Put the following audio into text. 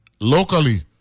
locally